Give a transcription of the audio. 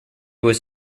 was